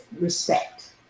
respect